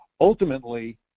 ultimately